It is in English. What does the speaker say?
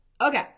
Okay